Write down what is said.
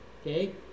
okay